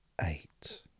eight